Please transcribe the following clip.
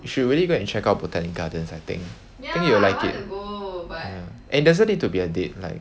you should really go and check out botanic gardens I think I think you will like it and it doesn't need to be a date like